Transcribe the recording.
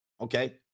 Okay